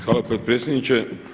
Hvala potpredsjedniče.